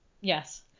yes